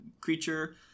creature